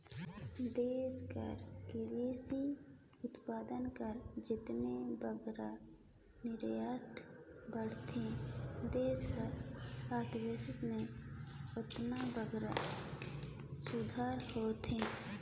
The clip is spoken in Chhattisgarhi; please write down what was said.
देस कर किरसी उत्पाद कर जेतने बगरा निरयात बढ़थे देस कर अर्थबेवस्था में ओतने बगरा सुधार होथे